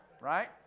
Right